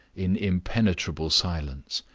in impenetrable silence.